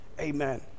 Amen